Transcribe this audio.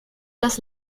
las